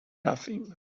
nothing